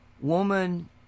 woman